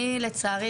אני לצערי,